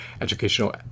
educational